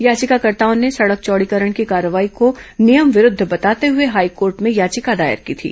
याचिकाकर्ताओं ने सड़क चौड़ीकरण की कार्रवाई को नियम विरूद्व बताते हुए हाईकोर्ट में याचिका दायर की थी